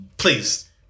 Please